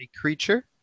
creature